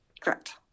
Correct